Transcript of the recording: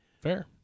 Fair